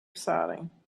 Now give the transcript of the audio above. exciting